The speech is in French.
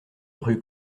rue